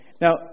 Now